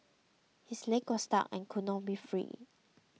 his leg was stuck and couldn't be freed